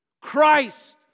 Christ